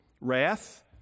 Wrath